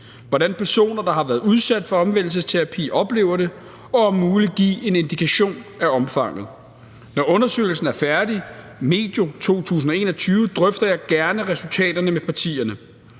hvordan personer, der har været udsat for omvendelsesterapi, oplever det, og om muligt give en indikation af omfanget. Når undersøgelsen er færdig medio 2021, drøfter jeg gerne resultaterne med partierne.